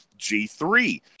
G3